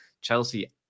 Chelsea